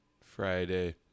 Friday